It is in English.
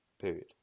period